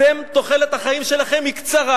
אתם, תוחלת החיים שלכם היא קצרה.